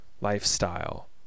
lifestyle